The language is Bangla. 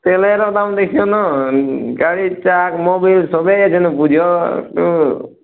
তেলেরও দাম বেশী ন গাড়ি ট্র্যাক মোবিল সবই আছে না বোঝো একটু